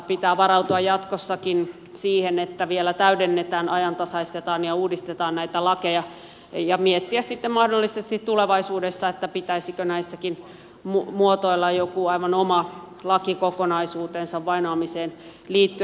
pitää varautua jatkossakin siihen että vielä täydennetään ajantasaistetaan ja uudistetaan näitä lakeja ja miettiä sitten mahdollisesti tulevaisuudessa pitäisikö näistäkin muotoilla joku aivan oma lakikokonaisuutensa vainoamiseen liittyen